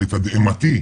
לתדהמתי,